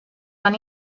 van